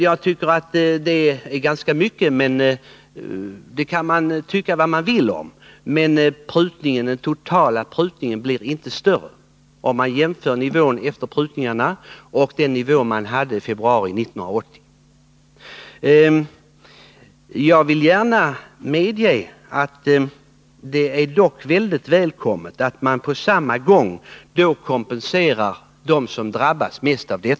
Jag tycker att det är ganska mycket, och man kan tycka vad man vill om det, men jämfört med nivån för februari 1980 blir inte ändringen större än så efter de föreslagna prutningarna. Jag vill gärna medge att det är mycket välkommet att man på samma gång kompenserar dem som mest drabbas av denna prutning.